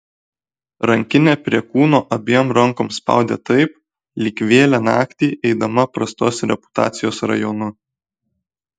rankinę prie kūno abiem rankom spaudė taip lyg vėlią naktį eidama prastos reputacijos rajonu